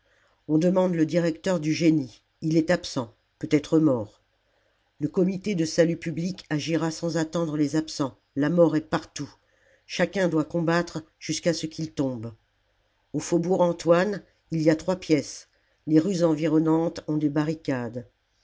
on demande le directeur du génie il est absent peut-être mort le comité de salut public agira sans attendre les absents la mort est partout chacun doit combattre jusqu'à ce qu'il tombe au faubourg antoine il y a trois pièces les rues environnantes ont des barricades